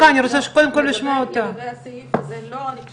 אבל זה נעשה